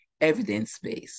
evidence-based